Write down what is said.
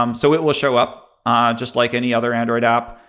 um so it will show up just like any other android app.